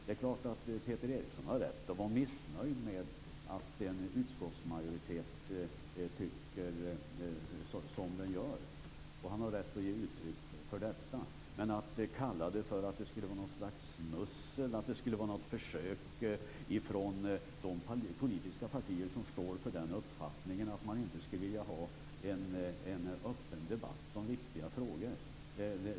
Det är klart att Peter Eriksson har rätt att vara missnöjd med att en utskottsmajoritet tycker som den gör. Han har rätt att ge uttryck för detta. Men Peter Eriksson säger att det här skulle vara något slags försök till smussel från de politiska partier som står för den här uppfattningen. Man skulle inte vilja ha en öppen debatt om viktiga frågor.